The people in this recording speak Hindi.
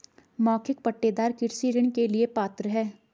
मौखिक पट्टेदार कृषि ऋण के लिए पात्र हैं